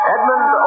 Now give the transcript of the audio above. Edmund